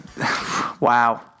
Wow